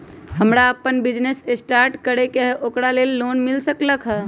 हमरा अपन business start करे के है ओकरा लेल लोन मिल सकलक ह?